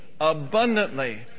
abundantly